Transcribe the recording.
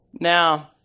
Now